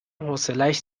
حوصلش